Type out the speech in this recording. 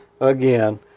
Again